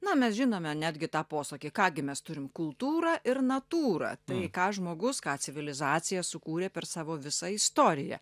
na mes žinome netgi tą posakį ką gi mes turim kultūrą ir natūrą tai ką žmogus ką civilizacija sukūrė per savo visą istoriją